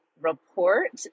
report